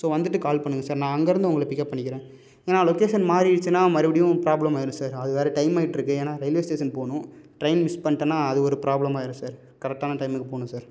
so வந்துவிட்டு call பண்ணுங்கள் sir நான் அங்கேருந்து உங்களை பிக்கப் பண்ணிக்கிறேன் ஏன்னா லொக்கேஷன் மாறிருச்சின்னா மறுப்படியும் ப்ராப்ளம் வரும் சார் அது வேறு டைம்மாயிட்டுருக்கு ஏன்னா ரயில்வே ஸ்டேஷன் போகணும் ட்ரெயின் மிஸ் பண்ணிடனா அது ஒரு ப்ராப்ளமாயிரும் சார் கரெட்டான டைமுக்கு போகணும் சார்